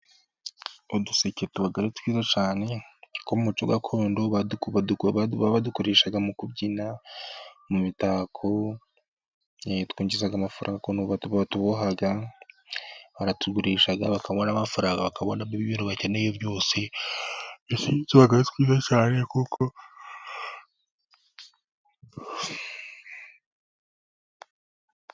Uduseke tuba ari twiza cyane, kuko mu muco gakondo badukoreshaga mu kubyina, mu mitako, twinjiza amafaranga, ukuntu batuboha baratugurisha bakabona amafaranga, bakabonamo ibintu bakeneye byose, byose biba ari byiza cyane.